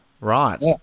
right